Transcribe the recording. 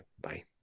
Bye